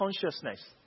consciousness